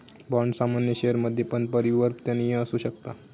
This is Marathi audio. बाँड सामान्य शेयरमध्ये पण परिवर्तनीय असु शकता